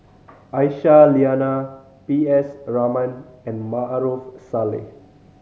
Aisyah Lyana P S Raman and Maarof Salleh